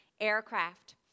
aircraft